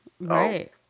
Right